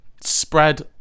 Spread